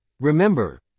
Remember